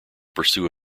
pursue